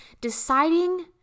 deciding